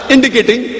Indicating